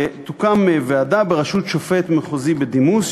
תוקם ועדה בראשות שופט מחוזי בדימוס,